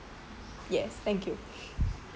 yes thank you